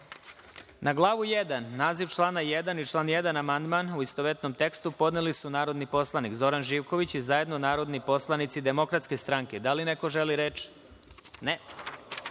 Glavu 1, naziv člana 1. i član 1. amandman u istovetnom tekstu podneli su narodni poslanik Zoran Živković, i zajedno narodni poslanici DS.Da li neko želi reč?